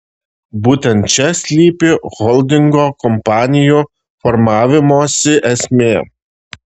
būtent čia slypi holdingo kompanijų formavimosi esmė